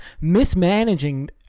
mismanaging